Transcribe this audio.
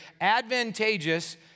advantageous